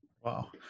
wow